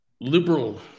liberal